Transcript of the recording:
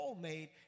made